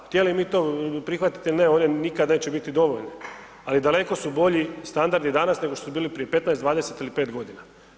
Htjeli mi to prihvatiti ili ne, one nikada neće biti dovoljne, ali daleko su bolji standardi danas nego što su bili prije 15, 20 ili 5 godina.